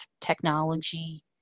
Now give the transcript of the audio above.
technology